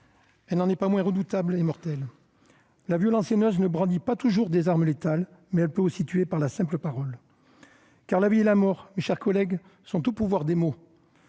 Elle n'en est pas moins redoutable et mortelle. La violence haineuse ne brandit pas toujours des armes létales, mais elle peut aussi tuer par la simple parole. Car la vie et la mort, mes chers collègues, sont au pouvoir des mots.